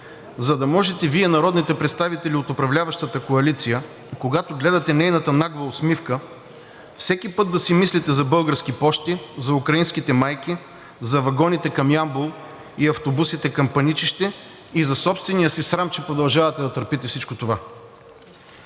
за да можете Вие народните представители от управляващата коалиция, когато гледате нейната нагла усмивка, всеки път да си мислите за „Български пощи“, за украинските майки, за вагоните към Ямбол и автобусите към Паничище и за собствения си срам, че продължавате да търпите всичко това.